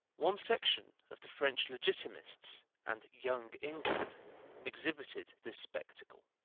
one section of the french legitimists and young england exhibited this spectacle.